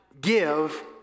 give